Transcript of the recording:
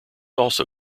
also